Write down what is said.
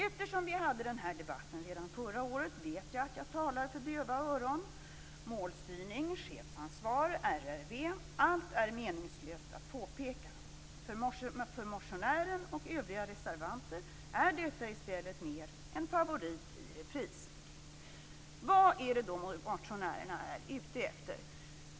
Eftersom vi förde den här debatten redan förra året vet jag att jag talar för döva öron. Målstyrning, chefsansvar, RRV - allt är meningslöst att påpeka. För motionären och övriga reservanter är detta i stället mer en favorit i repris. Vad är det då motionärerna är ute efter?